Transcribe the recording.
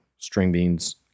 Stringbean's